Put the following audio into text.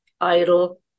idle